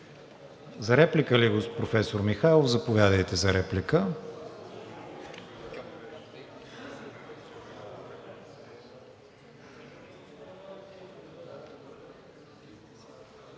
За реплика ли, професор Михайлов? Заповядайте за реплика.